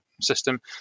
system